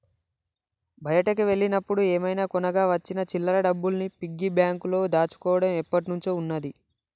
బయటికి వెళ్ళినప్పుడు ఏమైనా కొనగా వచ్చిన చిల్లర డబ్బుల్ని పిగ్గీ బ్యాంకులో దాచుకోడం ఎప్పట్నుంచో ఉన్నాది